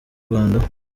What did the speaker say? rwanda